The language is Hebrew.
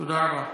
תודה רבה.